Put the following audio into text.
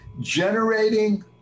generating